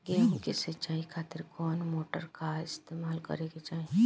गेहूं के सिंचाई खातिर कौन मोटर का इस्तेमाल करे के चाहीं?